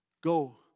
Go